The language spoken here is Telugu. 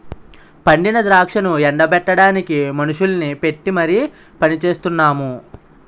పండిన ద్రాక్షను ఎండ బెట్టడానికి మనుషుల్ని పెట్టీ మరి పనిచెయిస్తున్నాము